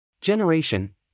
Generation